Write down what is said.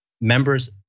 members